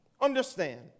understand